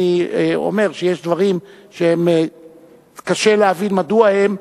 אני אומר שיש דברים שקשה להבין מדוע הם,